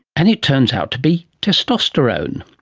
and it turns out to be testosterone.